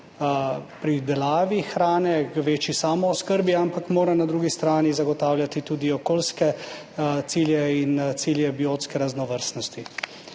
pridelavi hrane, k večji samooskrbi, ampak mora na drugi strani zagotavljati tudi okoljske cilje in cilje biotske raznovrstnosti.